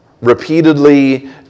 Repeatedly